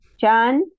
John